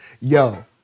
Yo